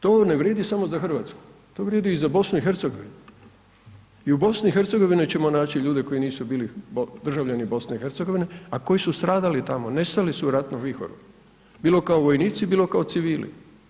To ne vrijedi samo za Hrvatsku, to vrijedi i za BiH i u BiH ćemo naći ljude koji nisu bili državljani BiH, a koji su stradali tamo, nestali su u ratnom vihoru, bilo kao vojnici, bilo kao civili.